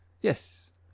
Yes